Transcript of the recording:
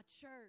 church